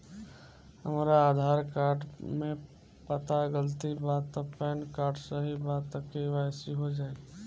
हमरा आधार कार्ड मे पता गलती बा त पैन कार्ड सही बा त के.वाइ.सी हो जायी?